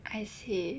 I see